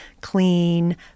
clean